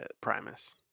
primus